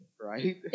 right